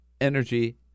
energy